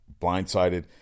blindsided